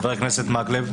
חבר הכנסת מקלב.